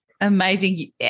Amazing